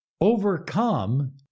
overcome